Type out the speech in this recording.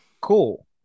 Cool